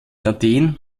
athen